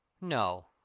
no